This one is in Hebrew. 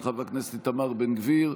של חבר הכנסת איתמר בן גביר,